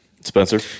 Spencer